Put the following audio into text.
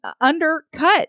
undercut